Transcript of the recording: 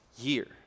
year